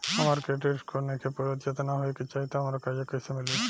हमार credit score नईखे पूरत जेतना होए के चाही त हमरा कर्जा कैसे मिली?